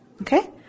Okay